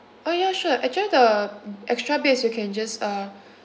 oh ya sure actually the extra beds you can just uh